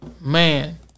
Man